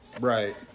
Right